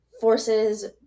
forces